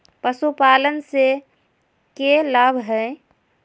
पशुपालन से के लाभ हय?